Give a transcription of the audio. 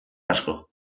asko